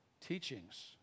teachings